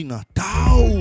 Natal